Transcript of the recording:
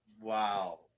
Wow